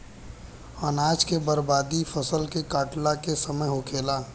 अनाज के बर्बादी फसल के काटला के समय होखेला